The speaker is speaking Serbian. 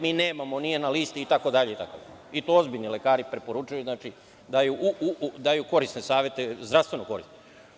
Mi nemamo, nije na listi, itd. i to ozbiljni lekari preporučuju, daju korisne savete, zdravstveno korisne.